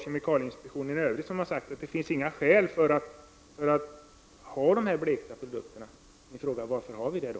Kemikalieinspektionen har sagt att det inte finns några skäl för att ha dessa blekta produkter. Min fråga är: Varför har vi det då?